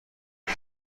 بیش